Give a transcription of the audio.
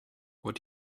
what